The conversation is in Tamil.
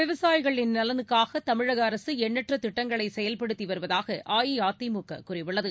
விவசாயிகளின் நலனுக்காக தமிழக அரசு எண்ணற்ற திட்டங்களை செயல்படுத்தி வருவதாக அஇஅதிமுக கூறியுள்ளது